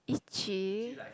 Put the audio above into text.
itchy